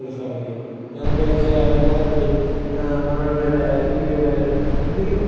ഒരു സംഗതി ഞങ്ങൾക്ക് വെച്ചാൽ എല്ലാത്തിൻ്റെയും മനോരമയിലായാലും ദീപികയിലായാലും ഹെഡിങ്ങ് നോക്കും